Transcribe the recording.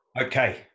Okay